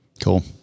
Cool